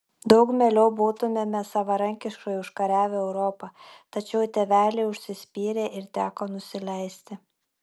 daug mieliau būtumėme savarankiškai užkariavę europą tačiau tėveliai užsispyrė ir teko nusileisti